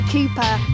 Cooper